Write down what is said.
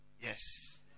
Yes